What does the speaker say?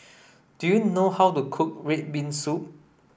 do you know how to cook red bean soup